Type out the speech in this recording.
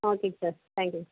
ஓகேங்க sir thank யூங்க